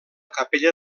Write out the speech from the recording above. capella